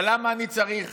אבל למה אני צריך